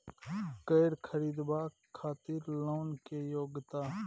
कैर खरीदवाक खातिर लोन के योग्यता?